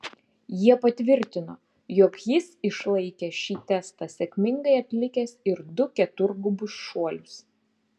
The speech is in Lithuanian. jie patvirtino jog jis išlaikė šį testą sėkmingai atlikęs ir du keturgubus šuolius